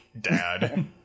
dad